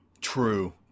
True